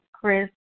Chris